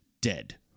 dead